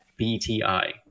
BTI